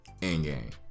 Endgame